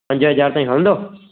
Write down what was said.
पंज हज़ार ताईं हलंदो